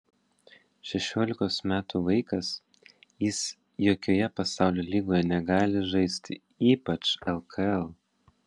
šešiolikos metų vaikas jis jokioje pasaulio lygoje negali žaisti ypač lkl